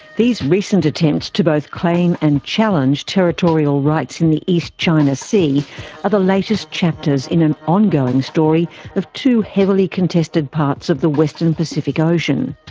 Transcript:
these recent attempts to both claim and challenge territorial rights in the east china sea are the latest chapters in an ongoing story of two heavily contested parts of the western pacific ocean.